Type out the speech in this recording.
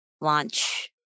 launch